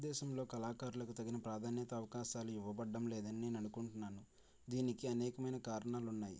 భారతదేశంలో కళాకారులకు తగిన ప్రాధాన్యత అవకాశాలు ఇవ్వబడ్డం లేదని నేను అనుకుంటున్నాను దీనికి అనేకమైన కారణాలు ఉన్నాయి